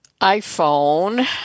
iphone